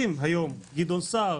אדוני היושב-ראש,